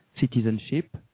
citizenship